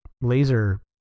laser